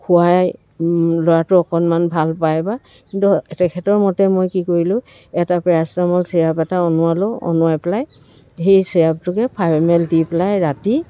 খুৱাই ল'ৰাটো অকণমান ভাল পায় বা কিন্তু তেখেতৰ মতে মই কি কৰিলোঁ এটা পেৰাচিটামোল ছিৰাপ এটা অনোৱালোঁ অনোৱাই পেলাই সেই ছিৰাপটোকে ফাৰ্মেল দি পেলাই ৰাতি